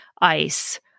ice